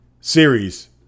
series